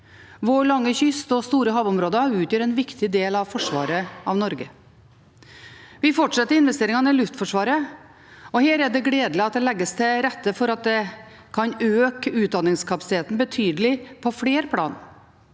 Vår lange kyst og våre store havområder utgjør en viktig del av forsvaret av Norge. Vi fortsetter investeringene i Luftforsvaret. Her er det gledelig at det legges til rette for at det kan øke utdanningskapasiteten betydelig på flere plan,